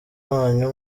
wanyu